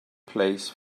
place